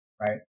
Right